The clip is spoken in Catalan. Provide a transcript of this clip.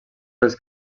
pels